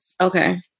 okay